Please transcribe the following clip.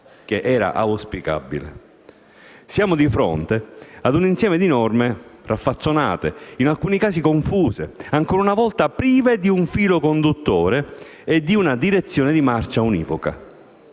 che era auspicabile. Siamo di fronte ad un insieme di norme raffazzonate, in alcuni casi confuse, ancora una volta prive di un filo conduttore e di una direzione di marcia univoca.